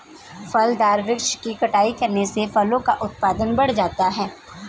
फलदार वृक्ष की छटाई करने से फलों का उत्पादन बढ़ जाता है